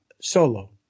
Solo